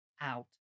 out